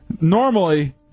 Normally